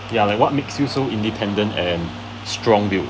ya like what makes you so independent and strong build